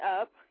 up